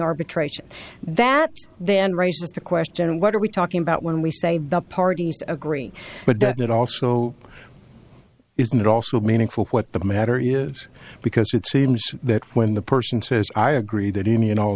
arbitration that then raises the question what are we talking about when we say the parties agree but that it also isn't also meaningful what the matter is because it seems that when the person says i agree that any and all